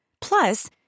Plus